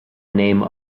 name